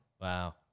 Wow